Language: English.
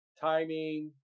timing